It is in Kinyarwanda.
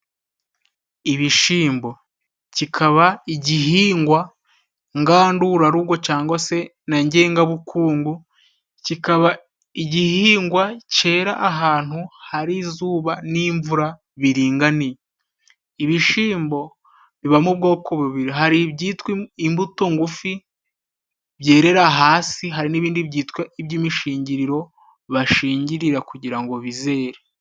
Ibishyimbo kikaba igihingwa ngandurarugo, cyangwa se na ngengabukungu, kikaba igihingwa cyera ahantu hari izuba n'imvura biringani, ibishyimbo biba mu bwoko bubiri, hari imbuto ngufi byerera hasi, hari n'ibindi by'imishingiriro bashingirira kugira ngo bizere.